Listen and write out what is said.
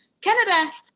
canada